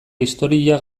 historia